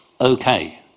okay